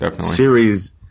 series